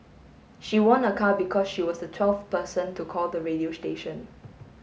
she won a car because she was the twelfth person to call the radio station